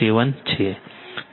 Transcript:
7 છે